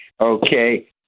Okay